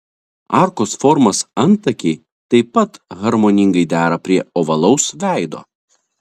arkos formos antakiai taip pat harmoningai dera prie ovalaus veido